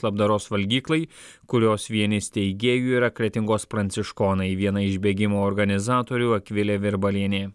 labdaros valgyklai kurios vieni steigėjų yra kretingos pranciškonai viena iš bėgimo organizatorių akvilė virbalienė